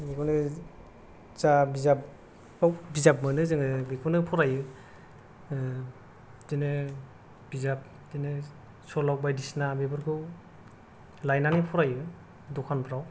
जा बिजाबखौ बिजाब मोनो जोङो बेखौनो फरायो बिदिनो बिजाब बिदिनो सल' बायदिसिना बेफोरखौ लायनानै फरायो द'खानफ्राव